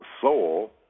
soul